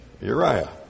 Uriah